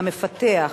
המפתח,